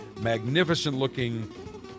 magnificent-looking